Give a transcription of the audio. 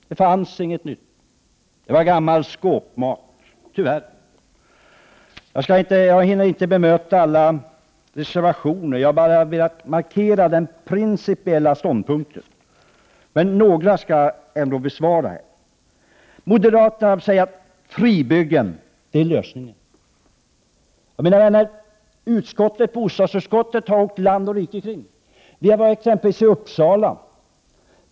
Det finns inget nytt. Tyvärr är det gammal skåpmat. Jag hinner inte bemöta alla reservationer, men jag ber att få markera en principiell ståndpunkt. Några reservationer skall jag ändå besvara. Moderaterna säger att fribyggen är lösningen. Mina vänner, bostadsutskottet har åkt land och rike runt. Vi har t.ex. varit i Uppsala.